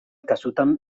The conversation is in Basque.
kasutan